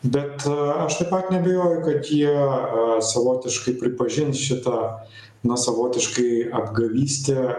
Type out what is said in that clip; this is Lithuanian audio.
bet aš taip pat neabejoju kad jie savotiškai pripažins šitą na savotiškai apgavystę